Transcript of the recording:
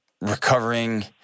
recovering